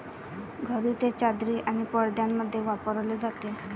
घरी ते चादरी आणि पडद्यांमध्ये वापरले जाते